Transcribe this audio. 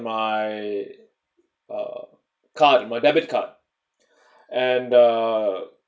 my um card my debit card and uh